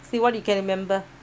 see what you can remember